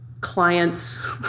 clients